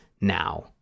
now